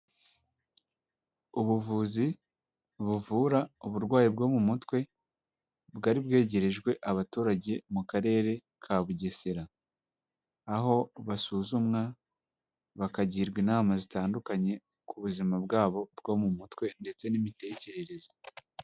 Ubuvuzi buvura uburwayi bwo mu mutwe, bwari bwegerejwe abaturage mu karere ka Bugesera, aho basuzumwa bakagirwa inama zitandukanye ku buzima bwabo bwo mu mutwe ndetse n'imitekerereze.